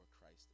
Christ